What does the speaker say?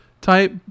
type